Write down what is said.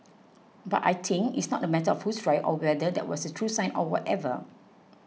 but I think it's not a matter of who's right or whether that was a true sign or whatever